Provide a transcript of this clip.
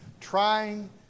Trying